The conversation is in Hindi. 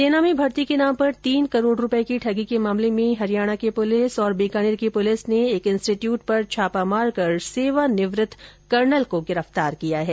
सेना में भर्ती के नाम पर तीन करोड़ रूपये की ठगी के मामले में हरियाण की पुलिस और बीकानेर की पुलिस ने एक इंस्टिट्यूट पर छापा मारकर सेवानिवृत्त कर्नल को गिरफ्तार किया है